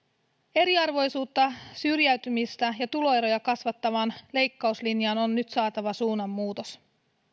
eriarvoisuutta syrjäytymistä ja tuloeroja kasvattavaan leikkauslinjaan on nyt saatava suunnanmuutos